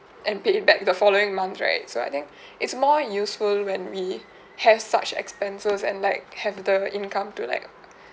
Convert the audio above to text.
and pay it back the following month right so I think it's more useful when we have such expenses and like have the income to like